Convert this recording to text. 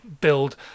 build